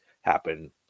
happen